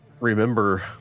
remember